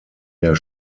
der